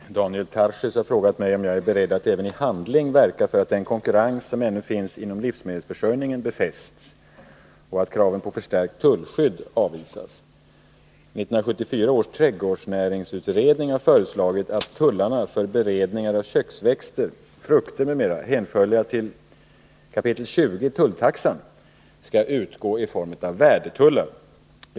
Herr talman! Daniel Tarschys har frågat mig om jag är beredd att även i handling verka för att den konkurrens som ännu finns inom livsmedelsförsörjningen befästs och att kraven på förstärkt tullskydd avvisas. 1974 års trädgårdsnäringsutredning har föreslagit att tullarna för beredningar av köksväxter, frukter m.m., hänförliga till kapitel 20 i tulltaxan, skall utgå i form av värdetullar.